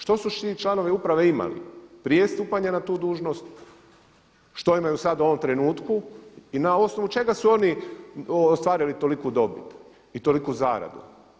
Što su ti članovi uprave imali prije stupanja na tu dužnost, što imaju sada u ovom trenutku i na osnovu čega su oni ostvarili toliku dobit i toliku zaradu?